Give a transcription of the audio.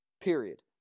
Period